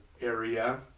area